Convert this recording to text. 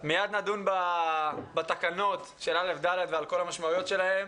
מיד נדון בתקנות של כיתות א'-ד' על כל המשמעויות שלהן.